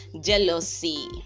Jealousy